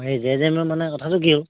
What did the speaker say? এই মানে কথাটো কি হ'ল